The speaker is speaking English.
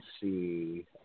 see